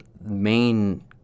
main